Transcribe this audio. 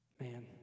man